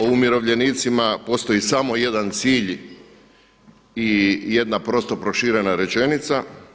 O umirovljenicima postoji samo jedan cilj i jedna prosto proširena rečenica.